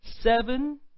seven